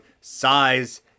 Size